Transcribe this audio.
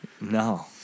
no